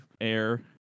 air